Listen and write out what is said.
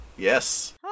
Yes